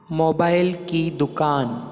mobile की दुकान